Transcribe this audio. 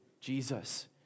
Jesus